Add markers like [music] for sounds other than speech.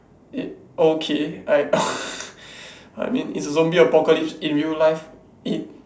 it okay I [noise] I mean it's a zombie apocalypse in real life it